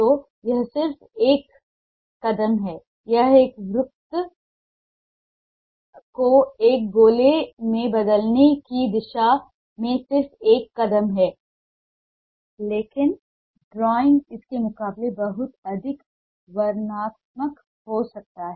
तो यह सिर्फ एक कदम है यह एक वृत्त को एक गोले में बदलने की दिशा में सिर्फ एक कदम है लेकिन ड्राइंग इसके मुकाबले बहुत अधिक वर्णनात्मक हो सकता है